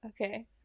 Okay